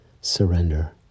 surrender